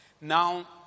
Now